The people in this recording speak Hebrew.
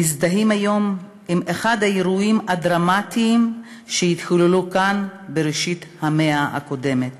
מזדהים היום עם אחד האירועים הדרמטיים שהתחוללו כאן בראשית המאה הקודמת.